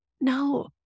no